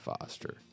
Foster